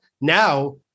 Now